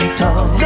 talk